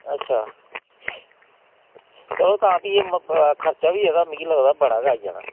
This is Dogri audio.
अच्छा चलो तां भी एह् मतलब खर्चा बी एह्दा मिगी लगदा बड़ा गै आई जाना